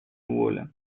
воли